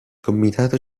comitato